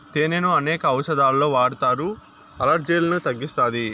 తేనెను అనేక ఔషదాలలో వాడతారు, అలర్జీలను తగ్గిస్తాది